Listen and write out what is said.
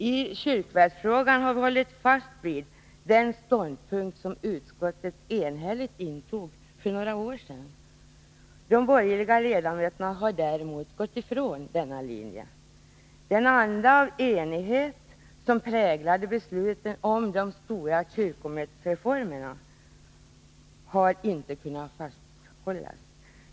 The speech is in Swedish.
I kyrkvärdsfrågan har vi hållit fast vid den ståndpunkt som utskottet enhälligt intog för några år sedan. De borgerliga ledamöterna har däremot gått ifrån denna linje. Den anda av enighet som präglade besluten om de stora kyrkoreformerna detta år har inte heller kunnat fasthållas.